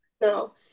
no